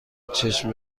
چشم